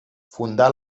fundà